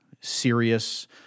serious